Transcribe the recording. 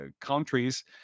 countries